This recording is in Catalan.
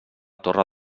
torre